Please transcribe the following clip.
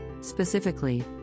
specifically